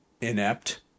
inept